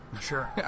Sure